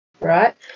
right